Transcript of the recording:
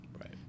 Right